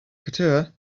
ceuta